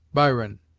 byron.